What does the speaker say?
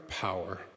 power